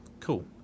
Cool